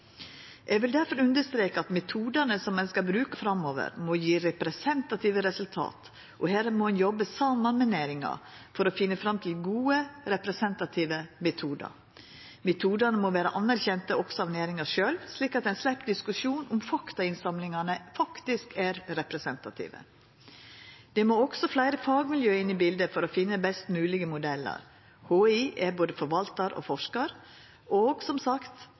Eg vil difor understreka at metodane som ein skal bruka framover, må gje representative resultat, og her må ein jobba saman med næringa for å finna fram til gode representative metodar. Metodane må vera anerkjente også av næringa sjølv, slik at ein slepp diskusjon om faktainnsamlingane er representative. Det må også fleire fagmiljø inn i bildet for å finna best moglege modellar. HI er både forvaltar og forskar, og, som sagt,